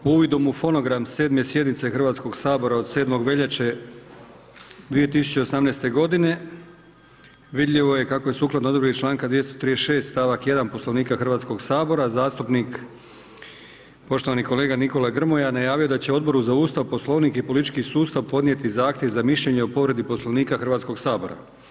Uvidom u fonogram 7. sjednice Hrvatskog sabora od 7. veljače 2018. godine, vidljivo je kako je sukladno odredbi članka 236. stavak 1. Poslovnika Hrvatskog sabora zastupnik poštovani kolega Nikola Grmoja najavio da će Odboru za Ustav, Poslovnik i politički sustav podnijeti zahtjev za mišljenje o povredi Poslovnika Hrvatskog sabora.